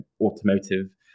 automotive